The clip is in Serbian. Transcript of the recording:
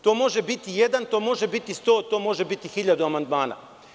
To može biti jedan, to može biti 100, može biti 1.000 amandmana.